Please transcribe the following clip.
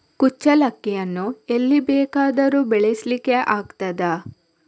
ಕುಚ್ಚಲಕ್ಕಿಯನ್ನು ಎಲ್ಲಿ ಬೇಕಾದರೂ ಬೆಳೆಸ್ಲಿಕ್ಕೆ ಆಗ್ತದ?